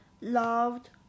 loved